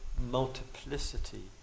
multiplicity